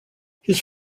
his